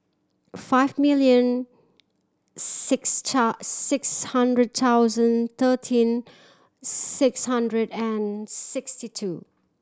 five million six six hundred thousand thirteen six hundred and sixty two